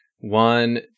One